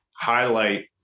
highlight